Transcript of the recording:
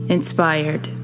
Inspired